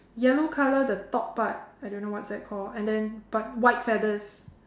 yellow colour the top part I don't know what's that called and then but white feathers